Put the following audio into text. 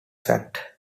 fact